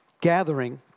gathering